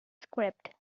script